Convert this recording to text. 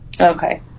Okay